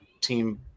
team